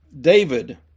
David